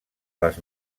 les